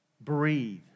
Breathe